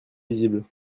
visible